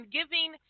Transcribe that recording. giving